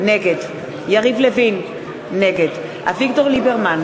נגד יריב לוין, נגד אביגדור ליברמן,